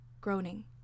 groaning